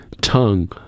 tongue